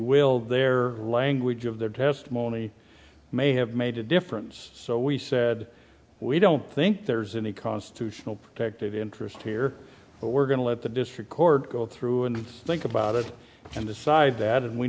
will their language of their testimony may have made a difference so we said we don't think there's any constitutional protected interest here but we're going to let the district court go through and think about it and decide that and we